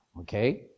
Okay